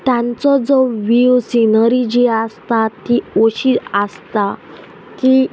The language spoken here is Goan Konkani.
तांचो जो वीव सिनरी जी आसता ती अशी आसता की